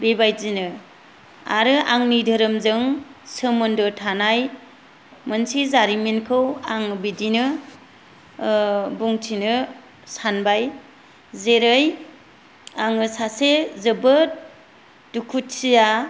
बेबादिनो आरो आंनि धोरोमजों सोमोन्दो थानाय मोनसे जारिमिनखौ आं बिदिनो बुंथिनो सानबाय जेरै आङो सासे जोबोद दुखुथिया